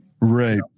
right